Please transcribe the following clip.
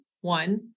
one